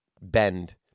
bend